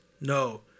No